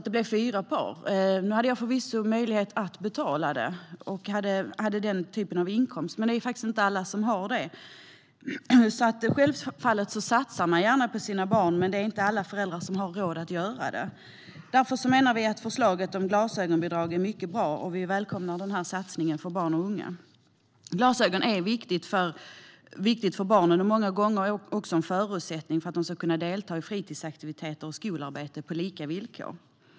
Det blev fyra par. Nu hade jag förvisso möjlighet att betala detta och hade den typen av inkomst. Men det är faktiskt inte alla som har det. Självfallet satsar man gärna på sina barn, men det är inte alla föräldrar som har råd att göra det. Därför menar vi att förslaget om glasögonbidrag är mycket bra, och vi välkomnar den här satsningen på barn och unga. Glasögon är viktigt för barnen och många gånger också en förutsättning för att de ska kunna delta i fritidsaktiviteter och skolarbete på lika villkor.